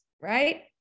right